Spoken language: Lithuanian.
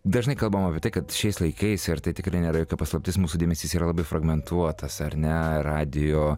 dažnai kalbama apie tai kad šiais laikais ir tai tikrai nėra jokia paslaptis mūsų dėmesys yra labai fragmentuotas ar ne radijo